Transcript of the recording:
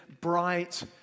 bright